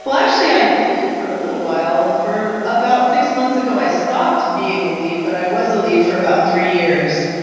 actually i did for a little while. for about six months ago, i stopped being a lead, but i was a lead for about three years.